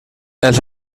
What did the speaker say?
els